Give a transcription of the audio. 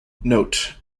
note